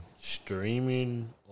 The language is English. Streaming